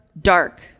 dark